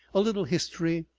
a little history,